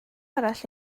arall